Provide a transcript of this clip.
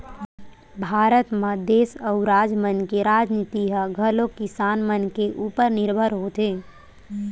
भारत म देस अउ राज मन के राजनीति ह घलोक किसान मन के उपर निरभर होथे